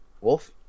Wolf